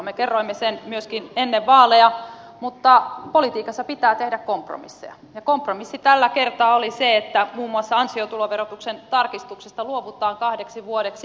me kerroimme sen myöskin ennen vaaleja mutta politiikassa pitää tehdä kompromisseja ja kompromissi tällä kertaa oli se että muun muassa ansiotuloverotuksen tarkistuksesta luovutaan kahdeksi vuodeksi